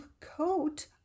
coat